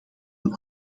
een